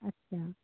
अच्छा